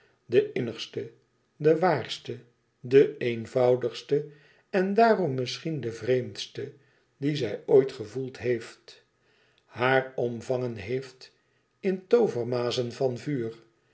de innigste de waarste de eenvoudigste en daarom misschien de vreemdste die zij ooit gevoeld heeft haar omvangen heeft in toovermazen van vuur